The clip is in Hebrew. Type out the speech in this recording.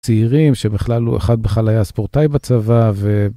צעירים שמכללו אחד בכלל היה ספורטאי בצבא ו...